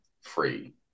free